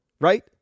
right